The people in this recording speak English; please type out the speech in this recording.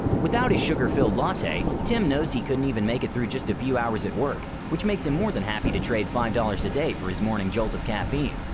without his sugar-filled latte, tim knows he couldn't even make it through just a few hours at work which makes him more than happy to trade five dollars a day for his morning jolt of caffeine.